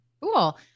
Cool